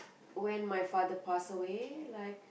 when my father pass away like